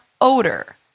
odor